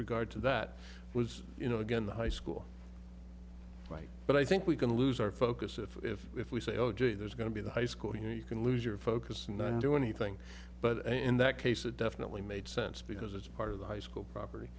regard to that was you know again the high school right but i think we can lose our focus if if we say oh gee there's going to be the high school you know you can lose your focus and don't do anything but in that case it definitely made sense because it's part of the high school property